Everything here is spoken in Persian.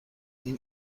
این